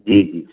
जी जी